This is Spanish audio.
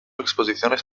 exposiciones